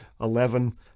Eleven